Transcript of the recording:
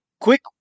Quick